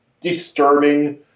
disturbing